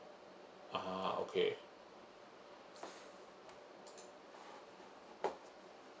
ah ha okay